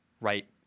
right